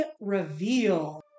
reveal